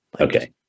Okay